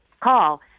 call